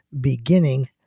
beginning